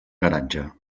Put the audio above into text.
garatge